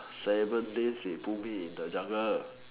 seven days they put me in the jungle